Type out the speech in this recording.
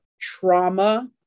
trauma